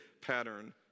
pattern